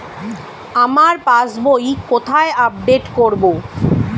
আমার passbook কোথায় update করব?